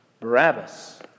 Barabbas